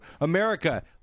America